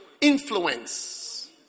Influence